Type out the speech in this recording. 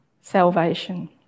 salvation